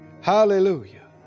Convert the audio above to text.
Hallelujah